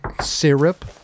syrup